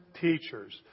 teachers